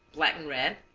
black and red,